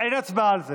אין הצבעה על,